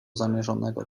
zamierzonego